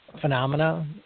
phenomena